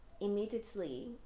immediately